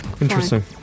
Interesting